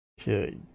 Okay